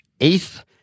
eighth